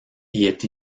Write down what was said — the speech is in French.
est